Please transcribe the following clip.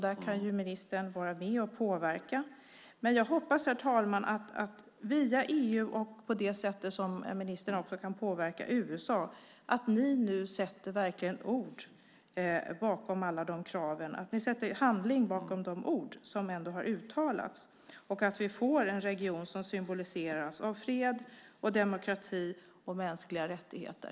Där kan ministern vara med och påverka, men jag hoppas, herr talman, att vi via EU och på det sätt som ministern också kan påverka USA, nu verkligen sätter handling bakom de ord som har uttalats och att vi får en region som symboliseras av fred, demokrati och mänskliga rättigheter.